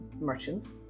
merchants